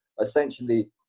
essentially